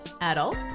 adult